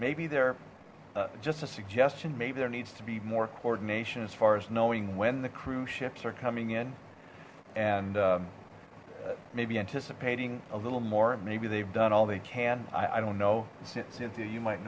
maybe they're just a suggestion maybe there needs to be more coordination as far as knowing when the crew ships are coming in and maybe anticipating a little more maybe they've done all they can i don't know you might